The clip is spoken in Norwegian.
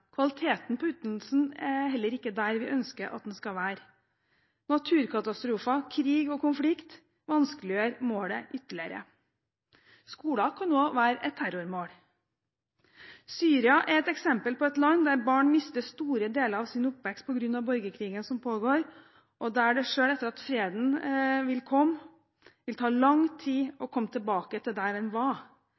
Kvaliteten på utdannelsen er heller ikke der vi ønsker at den skal være. Naturkatastrofer, krig og konflikt vanskeliggjør målet ytterligere. Skoler kan også være et terrormål. Syria er et eksempel på et land der barn mister store deler av sin oppvekst på grunn av borgerkrigen som pågår, og der det selv etter at freden kommer, vil ta lang tid å komme tilbake til der en var.